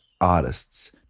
artists